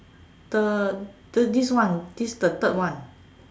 the this one this the third one